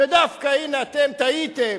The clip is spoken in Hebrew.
דווקא: הנה אתם טעיתם,